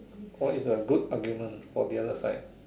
or is a good argument for the other side